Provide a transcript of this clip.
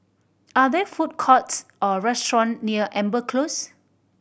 are there food courts or restaurant near Amber Close